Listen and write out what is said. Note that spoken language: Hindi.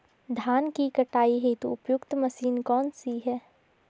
धान की कटाई हेतु उपयुक्त मशीन कौनसी है?